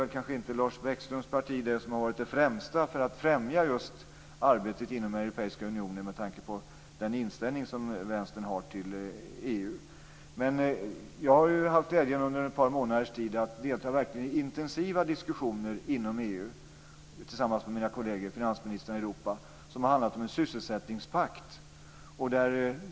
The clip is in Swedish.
Lars Bäckströms parti har inte varit det främsta att främja arbetet inom Europeiska unionen, med tanke på vänsterns inställning till EU. Jag har haft glädjen att under ett par månaders tid delta i intensiva diskussioner inom EU tillsammans med mina kolleger, finansministrarna i Europa, om en sysselsättningspakt.